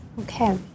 Okay